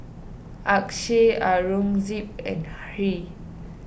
Akshay Aurangzeb and Hri